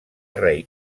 rei